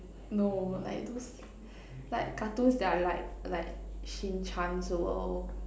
no like those like cartoons that are like like Shin-chan's world